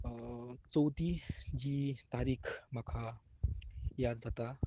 चवथी जी तारीख म्हाका याद जाता